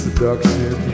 Seduction